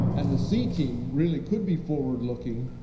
and the c team really could be forward-looking,